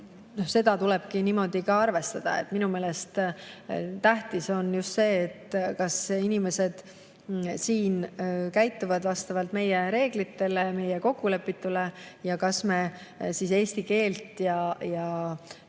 seda tulebki niimoodi arvestada. Minu meelest tähtis on just see, kas inimesed siin käituvad vastavalt meie reeglitele, meie kokkulepitule, ja kas me siis eesti keelt ja